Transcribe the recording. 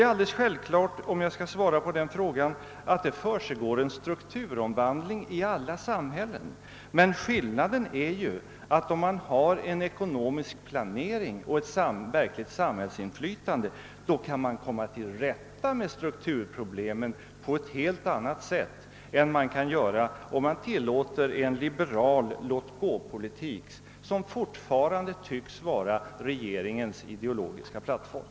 Skall jag svara på frågan vill jag säga att det är alldeles självklart att det försiggår en strukturomvandling i alla samhällen, men skillnaden är ju att man, om man har en ekonomisk planering och ett verkligt samhällsinflytande, kan komma till rätta med strukturproblemen på ett helt annat sätt än om man bygger på en liberal låtgåpolitik, vilket fortfarande tycks vara regeringens ideologiska plattform.